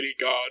God